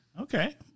Okay